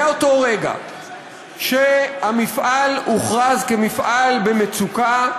מרגע שמפעל הוכרז מפעל במצוקה,